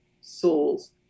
souls